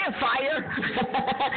fire